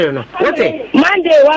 Monday